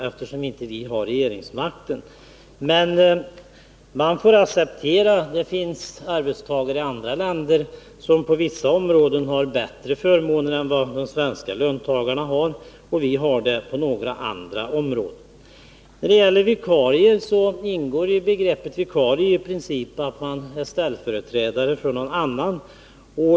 Vi har juinte regeringsmakten. Man får acceptera att det finns arbetstagare i andra länder som på vissa områden har bättre förmåner än de svenska löntagarna. På vissa andra områden däremot har vi det bättre. Beträffande vikarier vill jag säga att begreppet vikarie innebär att man är ställföreträdare för någon annan.